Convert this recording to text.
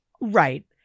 Right